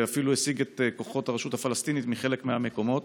ואפילו הסיג את כוחות הרשות הפלסטינית מחלק מהמקומות.